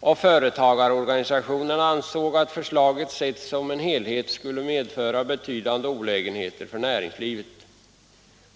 Och företagarorganisationerna ansåg att förslaget sett som en helhet skulle medföra betydande olägenheter för näringslivet.